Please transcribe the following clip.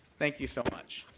thank you so much.